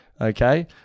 okay